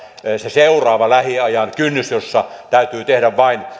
se seuraava lähiajan kynnys jolloin täytyy tehdä vain